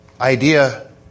idea